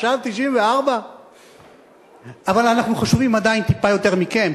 עכשיו 94. אבל אנחנו חשובים עדיין טיפה יותר מכם,